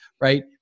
right